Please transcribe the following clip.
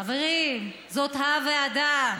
חברים, זאת ה-ועדה.